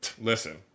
listen